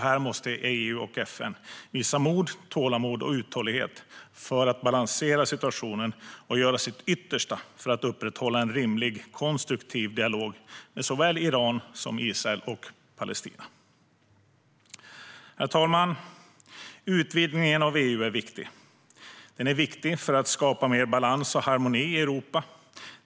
Här måste EU och FN visa mod, tålamod och uthållighet för att balansera situationen och göra sitt yttersta för att upprätthålla en rimligt konstruktiv dialog med såväl Iran som Israel och Palestina. Herr talman! Utvidgningen av EU är viktig. Den är viktig för att skapa mer balans och harmoni i Europa.